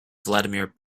vladimir